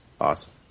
Awesome